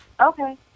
Okay